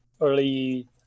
early